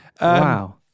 Wow